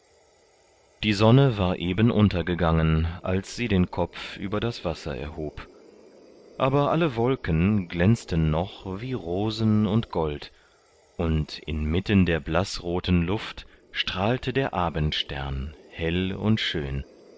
die sonne war eben untergegangen als sie den kopf über das wasser erhob aber alle wolken glänzten noch wie rosen und gold und inmitten der blaßroten luft strahlte der abendstern hell und schön